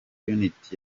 unit